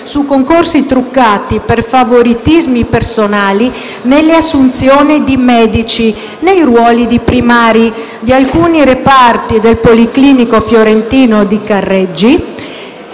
su concorsi truccati per favoritismi personali nelle assunzioni di medici nei ruoli di primari di alcuni reparti del policlinico fiorentino di Careggi;